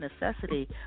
necessity